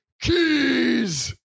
keys